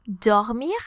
dormir